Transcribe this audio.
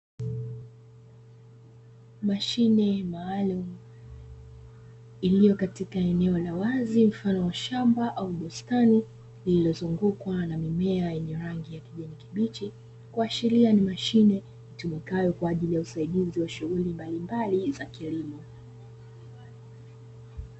Mashine maalumu iliyo katika eneo la wazi mfano wa shamba au bustani, iliyozungwa na mimea yenye rangi ya kijani kibichi kuashiria ni mashine itumikayo kwajili ya usaidizi wa shughuli mbalimbali za kilimo.